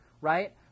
right